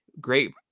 great